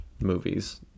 movies